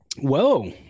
Whoa